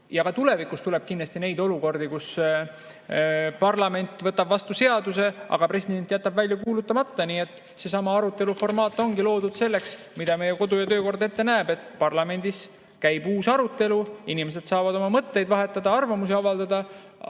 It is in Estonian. tulevikus tuleb kindlasti neid olukordi, kus parlament võtab vastu seaduse, aga president jätab selle välja kuulutamata. Nii et seesama arutelu formaat ongi loodud selleks, mida meie kodu- ja töökord ette näeb, et parlamendis käib uus arutelu, inimesed saavad oma mõtteid vahetada, arvamusi avaldada.